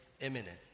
imminent